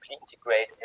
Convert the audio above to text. integrate